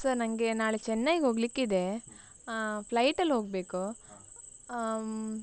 sir ನನಗೆ ನಾಳೆ ಚೆನ್ನೈಗೆ ಹೋಗ್ಲಿಕ್ಕಿದೆ ಫ್ಲೈಟಲ್ಲಿ ಹೋಗ್ಬೇಕು